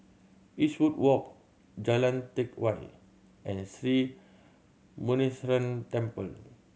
Eastwood Walk Jalan Teck Whye and Sri Muneeswaran Temple